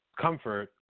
comfort